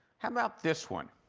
how about this one?